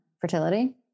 fertility